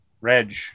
Reg